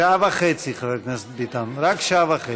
שעה וחצי, חבר הכנסת ביטן, רק שעה וחצי.